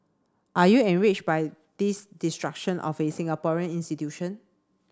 are you enrich by this destruction of a Singaporean institution